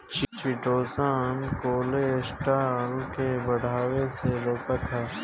chitosan cholesterol के बढ़ला से रोकत हअ